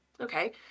Okay